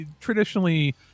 traditionally